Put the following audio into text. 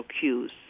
cues